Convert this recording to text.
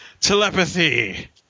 Telepathy